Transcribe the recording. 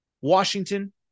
Washington